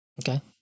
Okay